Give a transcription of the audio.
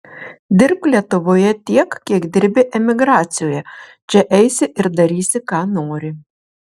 dirbk lietuvoje tiek kiek dirbi emigracijoje čia eisi ir darysi ką nori